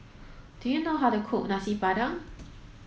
do you know how to cook Nasi Padang